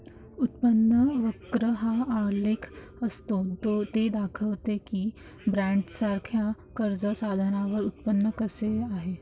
उत्पन्न वक्र हा आलेख असतो ते दाखवते की बॉण्ड्ससारख्या कर्ज साधनांवर उत्पन्न कसे आहे